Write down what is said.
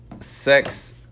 sex